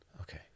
Okay